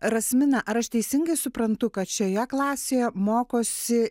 rasmina ar aš teisingai suprantu kad šioje klasėje mokosi